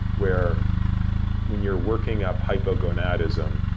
where when you're working up hypergonadism,